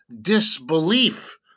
disbelief